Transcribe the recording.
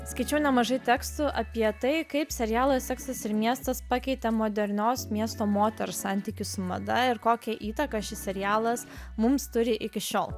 skaičiau nemažai tekstų apie tai kaip serialo seksas ir miestas pakeitė modernios miesto moters santykius mada ir kokią įtaką šis serialas mums turi iki šiol